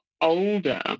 older